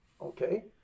okay